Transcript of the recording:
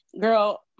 girl